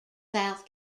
south